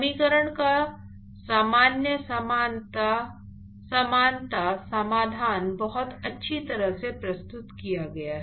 समीकरण का सामान्य समानता समाधान बहुत अच्छी तरह से प्रस्तुत किया गया है